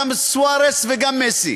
גם סוארס וגם מסי